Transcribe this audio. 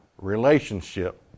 relationship